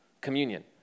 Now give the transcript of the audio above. communion